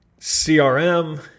CRM